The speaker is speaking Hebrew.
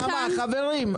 דממה, חברים.